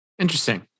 interesting